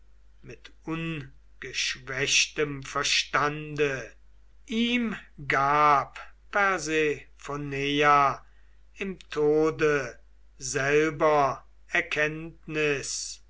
mit ungeschwächtem verstande ihm gab persephoneia im tode selber erkenntnis